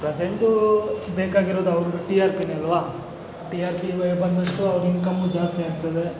present ಬೇಕಾಗಿರೋದು ಅವ್ರಿಗೂ T R ಪಿನೇ ಅಲ್ವಾ ಟಿ ಆರ್ ಪಿ ಬಂದಷ್ಟು ಅವರ ಇನ್ಕಮ್ ಜಾಸ್ತಿ ಆಗ್ತದೆ